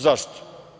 Zašto?